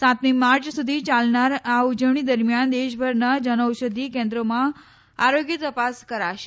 સાતમી માર્ચ સુધી ચાલનાર આ ઉજવણી દરમિયાન દેશભરના જનઔષધી કેન્દ્રોમાં આરોગ્ય તપાસ કરાશે